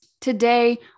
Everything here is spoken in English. today